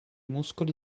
muscoli